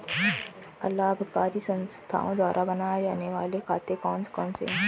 अलाभकारी संस्थाओं द्वारा बनाए जाने वाले खाते कौन कौनसे हैं?